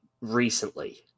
recently